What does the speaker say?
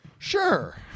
sure